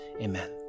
Amen